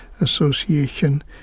association